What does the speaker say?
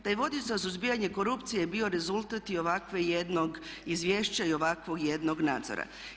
Taj vodič za suzbijanje korupcije je bio rezultat i ovakvog jednog izvješća i ovakvog jednog nadzora.